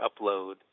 upload